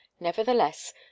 Nevertheless